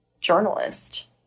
journalist